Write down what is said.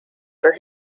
for